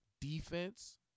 defense